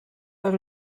are